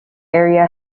area